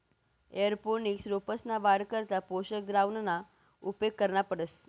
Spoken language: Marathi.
एअरोपोनिक्स रोपंसना वाढ करता पोषक द्रावणना उपेग करना पडस